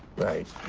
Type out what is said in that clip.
right.